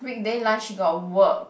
weekday lunch he got work